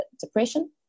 depression